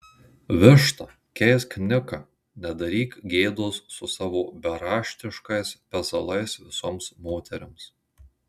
višta keisk niką nedaryk gėdos su savo beraštiškais pezalais visoms moterims